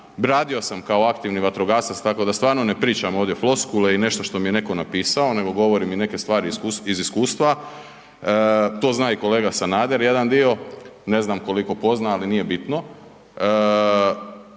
radio sam kao aktivni vatrogasac tako da stvarno ne pričam ovdje floskule i nešto što mi je neko napisao nego govorim i neke stvari iz iskustva. To zna i kolega Sanader jedan dio, ne znam koliko pozna, ali nije bitno.